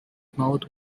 mouth